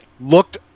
looked